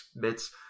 bits